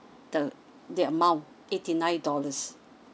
the the amount eighty nine dollars